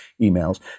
emails